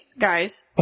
guys